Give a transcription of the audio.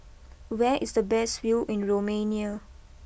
where is the best view in Romania